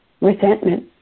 resentment